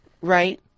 right